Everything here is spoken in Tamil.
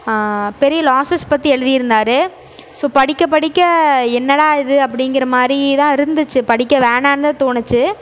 பெரிய லாஸஸ் பற்றி எழுதியிருந்தார் ஸோ படிக்க படிக்க என்னடா இது அப்படிங்கிறா மாதிரி தான் இருந்திச்சு படிக்க வேணாம்னு தான் தோணுச்சு